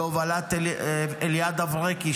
בהובלת אליעד אברקי,